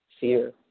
fear